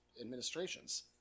administrations